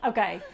Okay